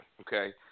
Okay